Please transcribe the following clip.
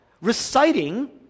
reciting